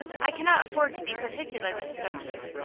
i cannot afford to be particular, mrs. o'keefe.